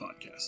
Podcast